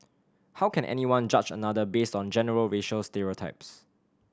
how can anyone judge another based on general racial stereotypes